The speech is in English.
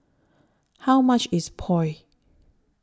How much IS Pho